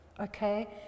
Okay